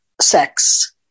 sex